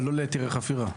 אבל לא להיתרי חפירה.